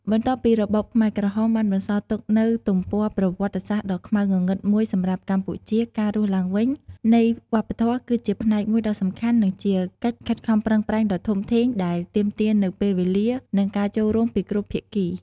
បន្ទាប់ពីរបបខ្មែរក្រហមបានបន្សល់ទុកនូវទំព័រប្រវត្តិសាស្ត្រដ៏ខ្មៅងងឹតមួយសម្រាប់កម្ពុជា ការរស់ឡើងវិញនៃវប្បធម៌គឺជាផ្នែកមួយដ៏សំខាន់ និងជាកិច្ចខិតខំប្រឹងប្រែងដ៏ធំធេងដែលទាមទារនូវពេលវេលា និងការចូលរួមពីគ្រប់ភាគី។